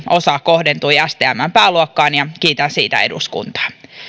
osa kohdentui stmn pääluokkaan ja kiitän siitä eduskuntaa